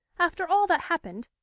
after all that happened,